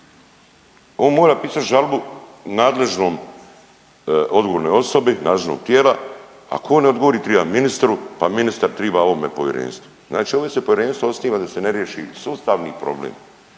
on mora pisat žalbu nadležnom, odgovornoj osobi nadležnog tijela. Ako on ne odgovori triba ministru, pa ministar triba ovome povjerenstvu. Znači ovdje se povjerenstvo osniva da se ne riješi sustavni problem,